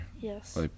yes